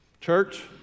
Church